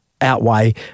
outweigh